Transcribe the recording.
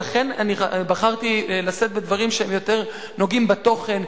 ולכן אני בחרתי לשאת דברים שיותר נוגעים בתוכן,